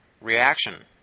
reaction